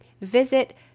Visit